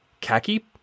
khaki